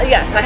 Yes